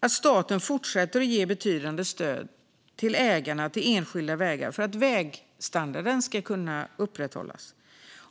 att staten fortsätter att ge betydande stöd till ägarna av enskilda vägar för att vägstandarden ska kunna upprätthållas.